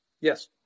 Yes